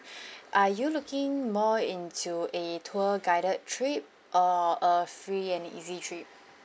are you looking more into a tour guided trip or a free and easy trip